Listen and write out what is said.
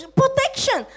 protection